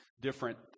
different